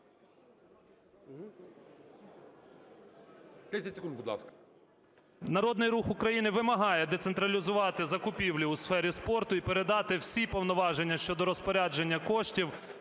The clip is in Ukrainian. Народний Рух України вимагає децентралізувати закупівлю у сфері спорту і передати всі повноваження щодо розпорядження коштів